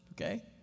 okay